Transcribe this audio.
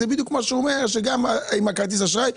זה בדיוק מה שירון אומר שגם עם כרטיס האשראי.